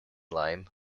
lime